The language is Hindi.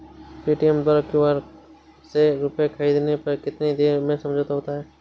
पेटीएम द्वारा क्यू.आर से रूपए ख़रीदने पर कितनी देर में समझौता होता है?